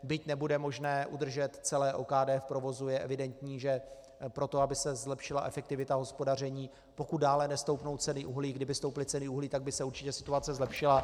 Byť nebude možné udržet celé OKD v provozu, je evidentní, že pro to, aby se zlepšila efektivita hospodaření, pokud dále nestoupnou ceny uhlí, kdyby stouply ceny uhlí, tak by se určitě situace zlepšila.